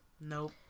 Nope